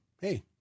hey